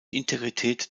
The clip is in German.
integrität